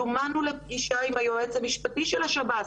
זומנו לפגישה עם היועץ המשפטי של השב"ס,